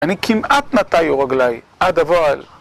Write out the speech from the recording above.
אני כמעט נטיו רגלי עד אבוא אל